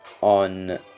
on